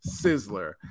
Sizzler